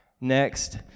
next